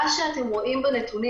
מה שאתם רואים בנתונים,